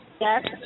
Yes